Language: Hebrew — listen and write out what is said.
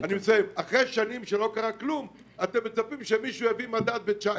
אחרי שנים שלא קרה כלום אתם מצפים שמישהו יביא מדד ל-2019.